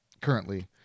currently